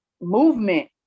movement